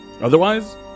Otherwise